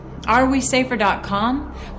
Arewesafer.com